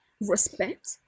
respect